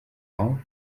all